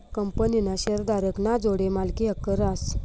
कंपनीना शेअरधारक ना जोडे मालकी हक्क रहास